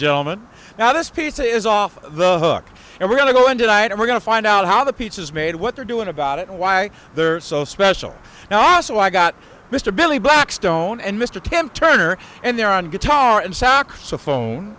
gentleman now this piece is off the hook and we're going to go into an item we're going to find out how the pizzas made what they're doing about it and why they're so special now so i got mr billy blackstone and mr kemp turner and they're on guitar and saxophone